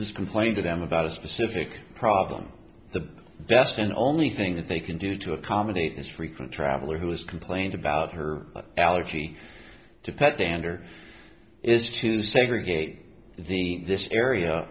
just complain to them about a specific problem the best and only thing that they can do to accommodate this frequent traveler who has complained about her allergy to pet dander is to segregate the this area